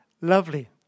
lovely